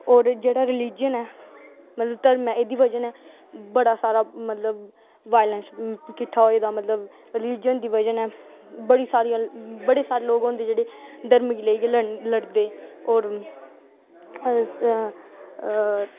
ओह् जेह्ड़ा रिलीज़न ऐ मतलब धर्म ऐ एह्दी बजह कन्नै बड़ा सारा मतलब वायलेंस किट्ठा होये दा मतलब रिलीज़न दी बजह कन्नै बड़ी सारियां बड़े सारे लोग होंदे मतलब धर्म गी लेइयै लड़दे होर मतलब अ